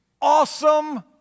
Awesome